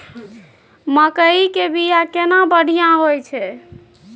मकई के बीया केना बढ़िया होय छै?